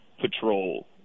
patrol